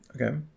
Okay